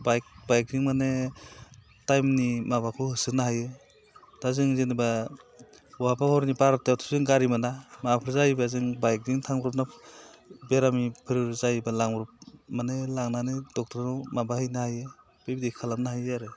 बाइकजों माने टाइमनि माबाखौ माने होसोनो हायो दा जों जेनेबा बहाबा हरनि बार'थायावथ' जों गारि मोना माबाफोर जायोबा जों बाइकजों थांब्रबना बेरामिफोर जायोबा माने लांनानै दक्ट'रनाव माबाहैनो हायो बेबायदि खालामनो हायो आरो